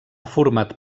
format